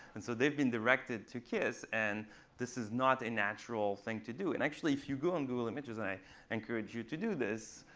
and so they've been directed to kiss and this is not a natural thing to do. and actually, if you go to google images and i encourage you to do this,